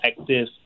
active